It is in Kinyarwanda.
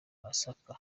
masaka